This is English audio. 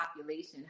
population